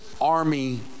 Army